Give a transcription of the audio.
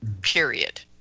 period